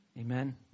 Amen